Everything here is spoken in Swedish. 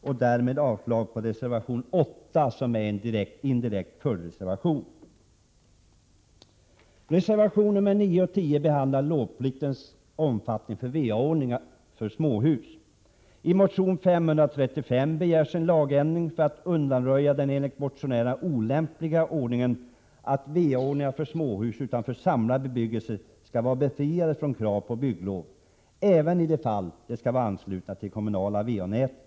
Jag yrkar avslag på reservation 7 och samtidigt även avslag på Reservationerna 9 och 10 behandlar lovpliktens omfattning när det gäller va-anordningar. I motion Bo535 begärs en lagändring för att undanröja den enligt motionärerna olämpliga ordningen att va-anordningar för småhus utanför samlad bebyggelse skall vara befriade från krav på bygglov även i de fall de skall vara anslutna till det kommunala va-nätet.